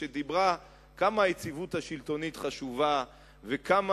שדיברה כמה היציבות השלטונית חשובה וכמה